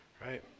right